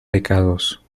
pecados